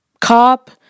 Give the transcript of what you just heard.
cop